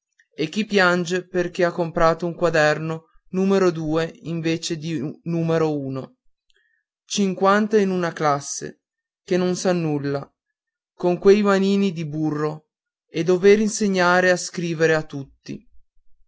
e chi piange perché ha comprato un quaderno numero due invece di numero uno cinquanta in una classe che non san nulla con quei manini di burro e dover insegnare a scrivere a tutti